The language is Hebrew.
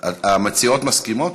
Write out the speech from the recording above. המציעות מסכימות